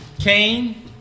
Cain